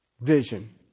vision